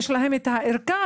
יש להם את הערכה,